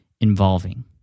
involving